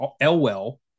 Elwell